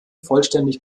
vollständig